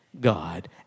God